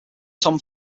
tom